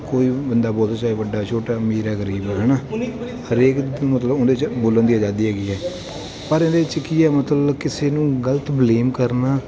ਕੋਈ ਬੰਦਾ ਬੋਲਦਾ ਚਾਹੇ ਵੱਡਾ ਛੋਟਾ ਅਮੀਰ ਹੈ ਗਰੀਬ ਹੈ ਨਾ ਹਰੇਕ ਦੀ ਮਤਲਬ ਉਹਦੇ 'ਚ ਬੋਲਣ ਦੀ ਆਜ਼ਾਦੀ ਹੈਗੀ ਹੈ ਪਰ ਇਹਦੇ ਵਿੱਚ ਕੀ ਹੈ ਮਤਲਬ ਕਿਸੇ ਨੂੰ ਗਲਤ ਬਲੇਮ ਕਰਨਾ